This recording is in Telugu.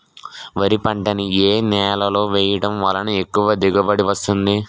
వరి పంట ని ఏ నేలలో వేయటం వలన ఎక్కువ దిగుబడి వస్తుంది?